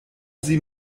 sie